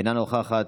אינה נוכחת,